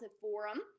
Forum